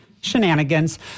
shenanigans